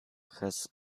has